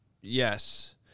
Yes